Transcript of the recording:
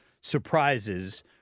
surprises